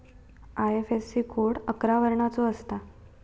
IFSC code अकरा वर्णाचो असता